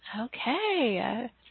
okay